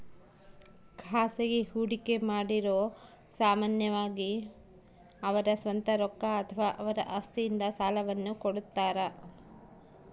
ಖಾಸಗಿ ಹೂಡಿಕೆಮಾಡಿರು ಸಾಮಾನ್ಯವಾಗಿ ಅವರ ಸ್ವಂತ ರೊಕ್ಕ ಅಥವಾ ಅವರ ಆಸ್ತಿಯಿಂದ ಸಾಲವನ್ನು ಕೊಡುತ್ತಾರ